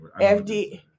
fd